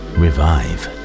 revive